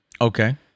Okay